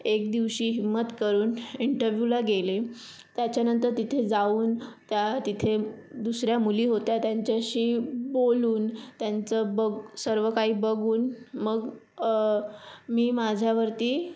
एक दिवशी हिंमत करून इंटरव्ह्यूला गेले त्याच्यानंतर तिथे जाऊन त्या तिथे दुसऱ्या मुली होत्या त्यांच्याशी बोलून त्यांचं बग सर्व काही बघून मग मी माझ्यावरती